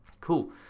Cool